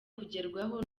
kugerwaho